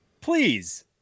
please